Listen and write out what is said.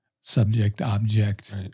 subject-object